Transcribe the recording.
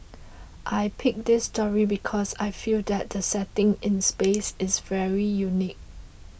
I picked this story because I feel that the setting in space is very unique